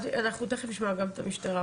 אנחנו תיכף נשמע גם את המשטרה.